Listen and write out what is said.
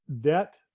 debt